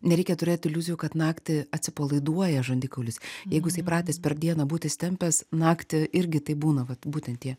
nereikia turėt iliuzijų kad naktį atsipalaiduoja žandikaulis jeigu jisai pratęs per dieną būt įsitempęs naktį irgi taip būna vat būtent tie